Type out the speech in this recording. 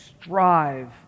strive